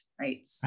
right